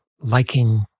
liking